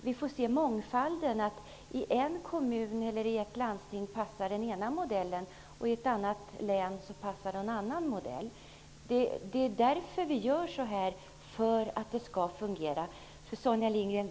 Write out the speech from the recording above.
Vi vill se mångfalden. I en kommun eller ett landsting passar en modell. I ett annat län passar en annan modell. Det är därför vi gör så här, för att det skall fungera.